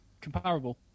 comparable